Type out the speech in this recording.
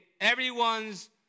everyone's